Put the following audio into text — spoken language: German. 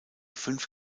fünf